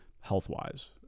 health-wise